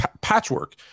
patchwork